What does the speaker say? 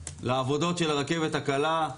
לעבודות של הרכבת הקלה,